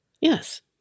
Yes